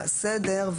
בסדר.